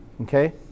Okay